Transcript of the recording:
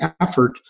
effort